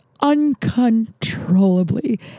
uncontrollably